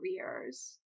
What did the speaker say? careers